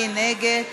מי נגד?